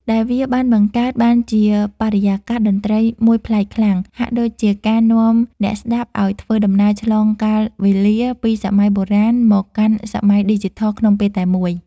ដែលវាបានបង្កើតបានជាបរិយាកាសតន្ត្រីមួយប្លែកខ្លាំង ហាក់ដូចជាការនាំអ្នកស្តាប់ឱ្យធ្វើដំណើរឆ្លងកាលវេលាពីសម័យបុរាណមកកាន់សម័យឌីជីថលក្នុងពេលតែមួយ។